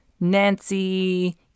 Nancy